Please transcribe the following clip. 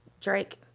Drake